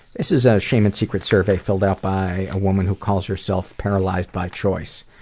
this is a shame and secrets survey filled out by a woman who calls herself paralyzed by choice.